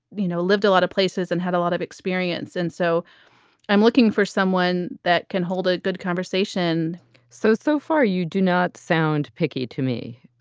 you know, lived a lot of places and had a lot of experience. and so i'm looking for someone that can hold a good conversation so, so far, you do not sound picky to me.